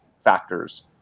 factors